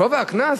גובה הקנס?